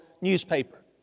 newspaper